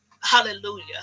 Hallelujah